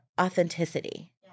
authenticity